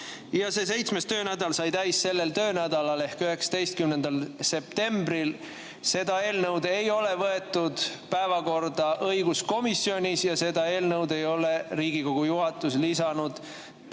Ja see seitsmes töönädal sai täis sellel töönädalal ehk 19. septembril. Seda eelnõu ei ole võetud päevakorda õiguskomisjonis ja seda eelnõu ei ole Riigikogu juhatus lisanud [täiskogu]